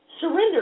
Surrender